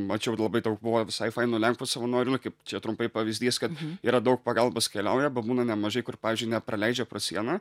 mačiau ir labai daug buvo visai fainų lenkų savanorių nu kaip čia trumpai pavyzdys kad yra daug pagalbos keliauja bet būna nemažai kur pavyzdžiui nepraleidžia pro sieną